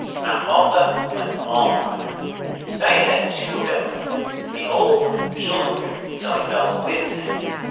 not malta but malmark so now you had two bell companies. the old one, schulmerich, selling bells with tangs,